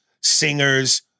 singers